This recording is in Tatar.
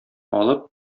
алып